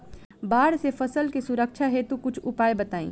बाढ़ से फसल के सुरक्षा हेतु कुछ उपाय बताई?